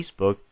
Facebook